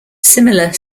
similar